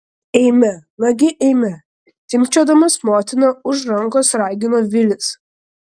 eime nagi eime timpčiodamas motiną už rankos ragino vilis